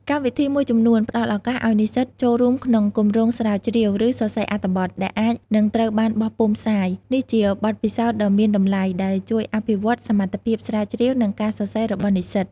កម្មវិធីមួយចំនួនផ្តល់ឱកាសឱ្យនិស្សិតចូលរួមក្នុង គម្រោងស្រាវជ្រាវ ឬ សរសេរអត្ថបទ ដែលអាចនឹងត្រូវបានបោះពុម្ពផ្សាយ នេះជាបទពិសោធន៍ដ៏មានតម្លៃដែលជួយអភិវឌ្ឍសមត្ថភាពស្រាវជ្រាវ និងការសរសេររបស់និស្សិត។